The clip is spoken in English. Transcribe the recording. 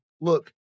look